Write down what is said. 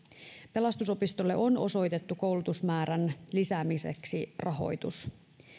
pelastusopistolle on osoitettu koulutusmäärän lisäämiseksi rahoitus